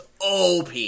OP